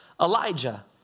Elijah